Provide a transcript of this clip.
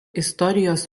istorijos